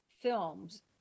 films